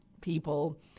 people